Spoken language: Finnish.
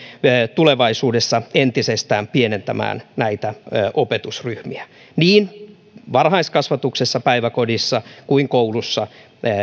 tulevaisuudessa entisestään pienentämään näitä opetusryhmiä niin varhaiskasvatuksessa päiväkodissa kuin koulussa